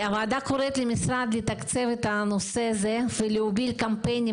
הוועדה קוראת למשרד לתקצב את הנושא הזה ולהוביל קמפיינים